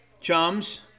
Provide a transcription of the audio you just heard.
chums